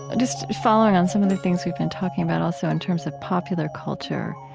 and just following on some of the things we've been talking about also in terms of popular culture.